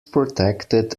protected